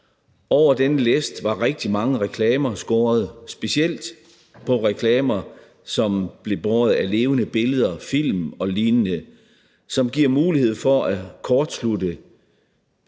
Over denne læst var rigtig mange reklamer skåret, specielt reklamer, som blev båret af levende billeder, film og lignende, som giver mulighed for at drage